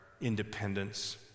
independence